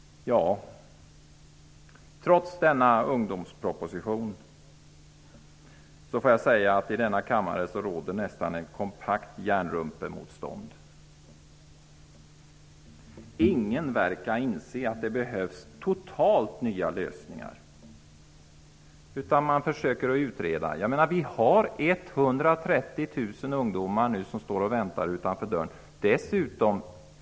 Ja, trots denna ungdomsproposition råder i denna kammare ett nästan kompakt hjärnrumpemotstånd. Ingen verkar inse att det behövs totalt nya lösningar. Man försöker utreda. Vi har 130 000 ungdomar som står och väntar utanför dörren!